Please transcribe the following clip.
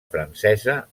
francesa